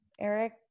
Eric